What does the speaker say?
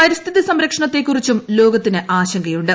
പരിസ്ഥിതി സംരക്ഷണത്തെ കുറിച്ചും ലോകത്തിന് ആശങ്കയുണ്ട്